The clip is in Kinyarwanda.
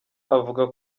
avuga